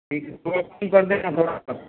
ठीक है थोड़ा कम कर देना थोड़ा सा